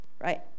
right